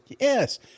Yes